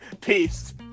Peace